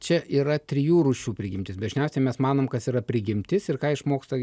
čia yra trijų rūšių prigimtis dažniausiai mes manom kas yra prigimtis ir ką išmoksta